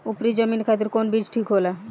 उपरी जमीन खातिर कौन बीज ठीक होला?